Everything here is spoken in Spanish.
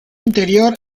interior